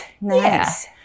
nice